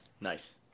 Nice